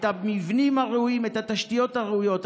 את המבנים הראויים, את התשתיות הראויות.